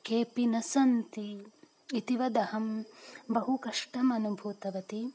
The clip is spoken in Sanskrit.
केऽपि न सन्ति इतिवदहं बहु कष्टम् अनुभूतवती